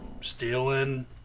stealing